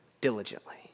diligently